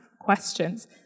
questions